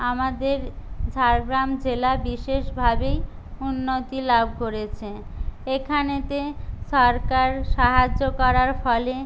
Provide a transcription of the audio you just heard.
আমাদের ঝাড়গ্রাম জেলা বিশেষভাবেই উন্নতি লাভ করেছে এখানেতে সরকার সাহায্য করার ফলে